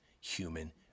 human